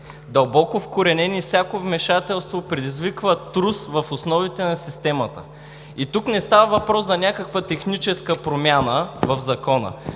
дълбоко вкоренен проблем и всяко вмешателство предизвиква трус в основите на системата. Тук не става въпрос за някаква техническа промяна в Закона.